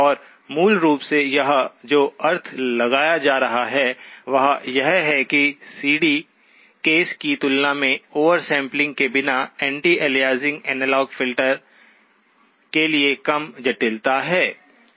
और मूल रूप से यह जो अर्थ लगाया जा रहा है वह यह है कि सीडी केस की तुलना में ओवरसम्पलिंग के बिना एंटी अलियासिंग एनालॉग फ़िल्टर के लिए कम जटिलता है ठीक है